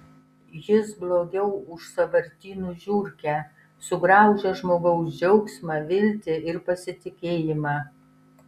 jis blogiau už sąvartynų žiurkę sugraužia žmogaus džiaugsmą viltį ir pasitikėjimą